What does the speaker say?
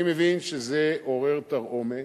אני מבין שזה עורר תרעומת.